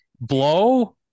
blow